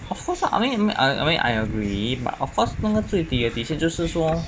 of course lah I mean I I mean I agree but of course 那个最底的底线就是说